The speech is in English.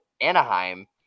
Anaheim